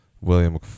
William